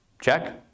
Check